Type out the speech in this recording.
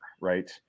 right